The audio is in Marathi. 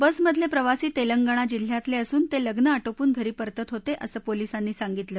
बसमधले प्रवासी तेलंगणा जिल्ह्यातले असून ते लग्न आटोपून घरी परतत होते असं पोलीसांनी सांगितलं